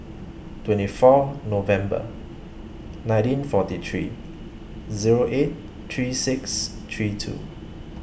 twenty four November nineteen forty three Zero eight three six three two